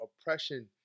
oppression